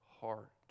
heart